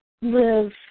live